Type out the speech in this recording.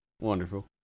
Wonderful